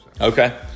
Okay